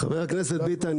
חבר הכנסת ביטן,